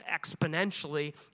exponentially